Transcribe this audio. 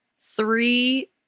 three